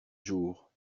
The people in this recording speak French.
jours